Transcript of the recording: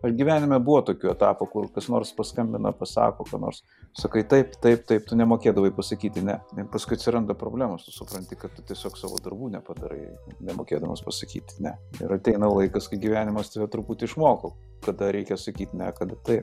o gyvenime buvo tokių etapų kur kas nors paskambina pasako ką nors sakai taip taip taip tu nemokėdavai pasakyti ne bet paskui atsiranda problemos tu supranti kad tiesiog savo darbų nepadarai nemokėdamas pasakyti ne ir ateina laikas kai gyvenimas tave truputį išmoko kada reikia sakyt ne kada taip